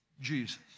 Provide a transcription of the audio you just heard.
Jesus